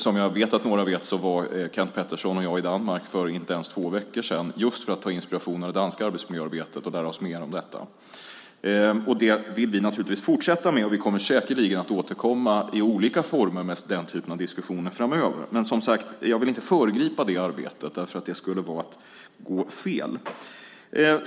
Som jag vet att några av er vet var Kenth Pettersson och jag i Danmark för inte ens två veckor sedan just för att få inspiration av det danska arbetsmiljöarbetet och lära oss mer om detta. Det vill vi naturligtvis fortsätta med, och vi kommer säkerligen att återkomma i olika former med den typen av diskussioner framöver. Men jag vill som sagt inte föregripa det arbetet, för det skulle vara att gå fel.